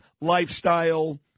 lifestyle